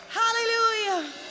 hallelujah